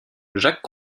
jacques